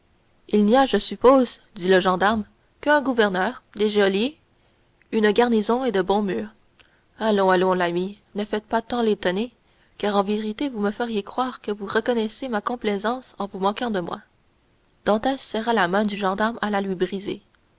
il n'y a je suppose dit le gendarme qu'un gouverneur des geôliers une garnison et de bons murs allons allons l'ami ne faites pas tant l'étonné car en vérité vous me feriez croire que vous reconnaissez ma complaisance en vous moquant de moi dantès serra la main du gendarme à la lui briser